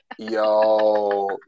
Yo